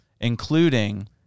Including